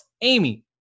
amy